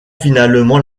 finalement